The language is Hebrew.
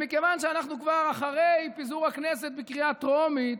מכיוון שאנחנו כבר אחרי פיזור הכנסת בקריאה טרומית,